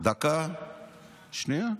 דקה, שנייה.